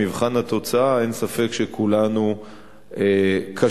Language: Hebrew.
במבחן התוצאה אין ספק שכולנו כשלנו,